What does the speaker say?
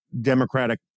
Democratic